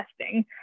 testing